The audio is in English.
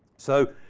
so,